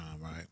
right